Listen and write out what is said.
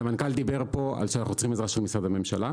המנכ"ל דיבר פה על כך שאנחנו צריכים עזרה של משרדי הממשלה,